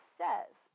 says